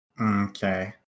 Okay